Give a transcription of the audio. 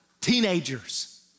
teenagers